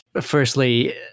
firstly